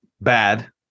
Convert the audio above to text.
bad